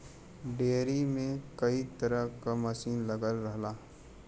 dairy में कई तरे क मसीन लगल रहला